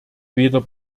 weder